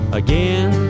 again